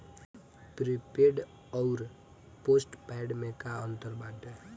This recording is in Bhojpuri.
प्रीपेड अउर पोस्टपैड में का अंतर बाटे?